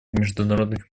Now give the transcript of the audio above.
международных